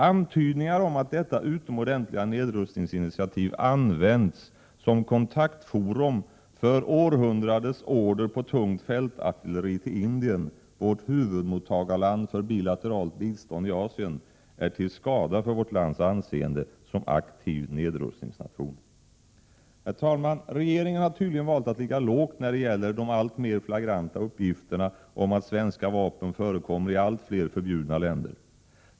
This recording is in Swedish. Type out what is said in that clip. Antydningar om att detta utomordentliga nedrustningsinitiativ använts som kontaktforum för århundradets order på tungt fältartilleri till Indien, vårt huvudmottagarland för bilateralt bistånd i Asien, är till skada för vårt lands anseende som aktiv nedrustningsnation. Herr talman! Regeringen har tydligen valt att ligga lågt när det gäller de alltmer flagranta uppgifterna om att svenska vapen förekommer i allt fler förbjudna länder.